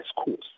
schools